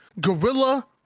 gorilla